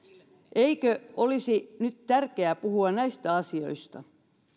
eikö olisi nyt tärkeää puhua näistä asioista